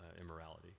immorality